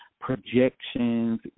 projections